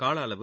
கால அளவு